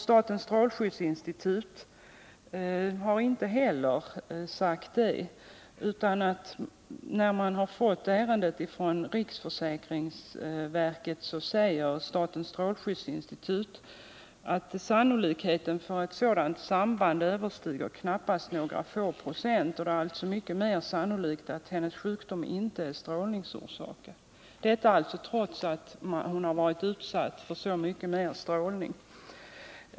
Statens strålskyddsinstitut erkände det inte heller utan sade, sedan institutet fått ärendet från riksförsäkringsverket, att sannolikheten för ett sådant samband knappast överstiger några få procent och att det är mycket mer sannolikt att vederbörandes sjukdom inte är strålningsorsakad — detta trots att denna sjuksköterska alltså varit utsatt för så mycket mer strålning än vad som är tillåtet.